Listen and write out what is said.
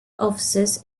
offices